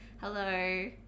hello